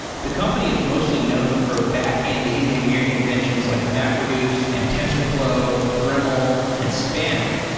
the company is mostly known for backend engineering inventions like mapreduce, and tensorflow, and dremel, and spanner,